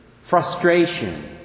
Frustration